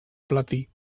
platí